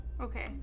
Okay